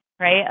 right